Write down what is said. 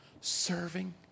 serving